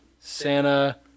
Santa